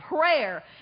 prayer